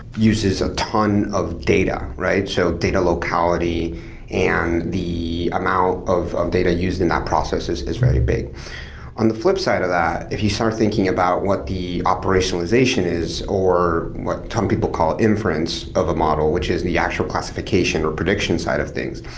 uses a ton of data, right? so data locality and the amount of of data used in that processes is really big on the flipside of that, if you start thinking about what the operationalization is, or what some people call inference of a model, which is the actual classification or prediction side of things,